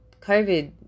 COVID